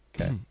Okay